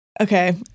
Okay